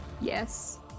Yes